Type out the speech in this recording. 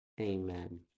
Amen